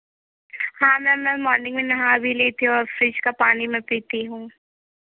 हाँ मैम मैं मॉर्निंग में नहा भी लेती हूँ और फ्रिज का पानी मैं पीती हूँ